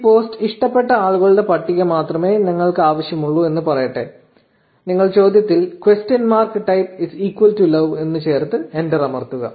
ഈ പോസ്റ്റ് ഇഷ്ടപ്പെട്ട ആളുകളുടെ പട്ടിക മാത്രമേ ഞങ്ങൾക്ക് ആവശ്യമുള്ളൂ എന്ന് പറയട്ടെ നിങ്ങൾ ചോദ്യത്തിൽ question mark type is equal to love എന്ന് ചേർത്ത് എന്റർ അമർത്തുക